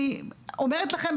אני אומרת לכם,